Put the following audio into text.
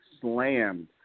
slammed